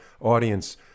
audience